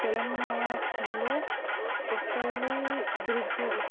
తెలంగాణలో కొప్పలి బ్రిడ్జ్